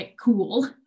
cool